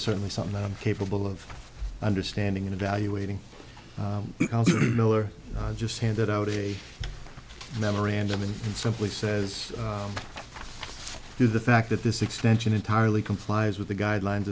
are certainly something i'm capable of understanding and evaluating miller just handed out a memorandum and simply says is the fact that this extension entirely complies with the guidelines